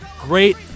great